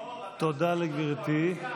לימור, שכחת שאת קואליציה?